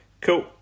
Cool